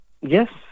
Yes